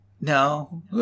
no